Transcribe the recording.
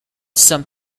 some